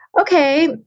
okay